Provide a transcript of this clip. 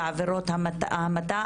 ועבירות המתה.